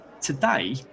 Today